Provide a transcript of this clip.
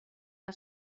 que